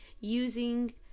using